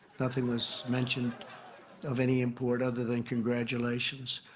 nothing was mentioned of any import other than congratulations.